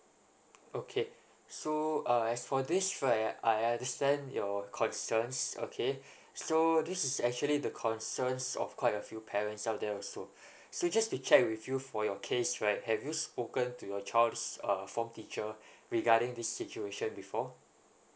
okay so uh as for this right I understand your concerns okay so this is actually the concerns of quite a few parent out there also so just to check with you for your case right have you spoken to your child's uh form teacher regarding this situation before